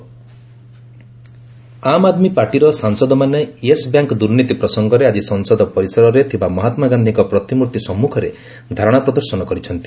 protect AAP Aam Aadmi ପାର୍ଟିର ସାଂସଦମାନେ Yes Bank ଦୁର୍ନୀତି ପ୍ରସଙ୍ଗରେ ଆକି ସଂସଦ ପରିସରରେ ଥିବା ମହାତ୍ମା ଗାନ୍ଧୀଙ୍କ ପ୍ରତିମୂର୍ତ୍ତି ସମ୍ମୁଖରେ ଧାରଣା ପ୍ରଦର୍ଶନ କରିଛନ୍ତି